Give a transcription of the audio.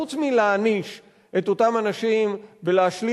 חוץ מלהעניש את אותם אנשים ולהשליך